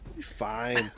fine